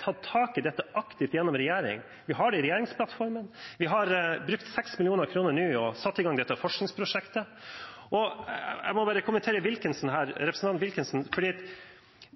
tatt tak i dette aktivt i regjering. Vi har det i regjeringsplattformen. Vi har nå brukt 6 mill. kr og satt i gang dette forskningsprosjektet. Jeg må kommentere representanten Wilkinson.